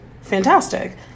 fantastic